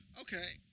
Okay